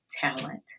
talent